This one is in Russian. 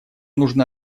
нужно